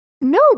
No